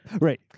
Right